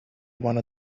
one